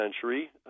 century